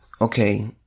okay